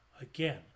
again